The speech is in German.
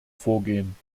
vorgehen